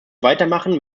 weitermachen